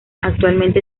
actualmente